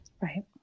Right